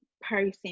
person